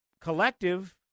collective